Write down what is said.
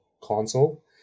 console